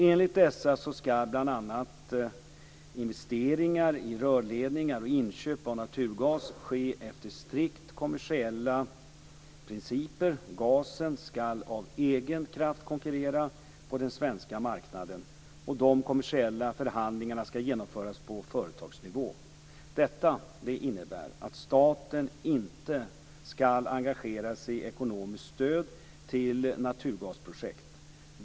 Enligt dessa skall bl.a. investeringar i rörledningar och inköp av naturgas ske efter strikt kommersiella principer. Gasen skall av egen kraft konkurrera på den svenska marknaden. De kommersiella förhandlingarna skall genomföras på företagsnivå. Detta innebär att staten inte skall engagera sig i ekonomiskt stöd till naturgasprojekt.